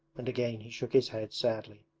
and again he shook his head sadly.